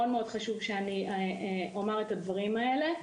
מאוד חשוב להגיד את הדברים האלה,